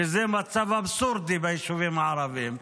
שזה מצב אבסורדי ביישובים הערביים.